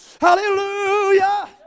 Hallelujah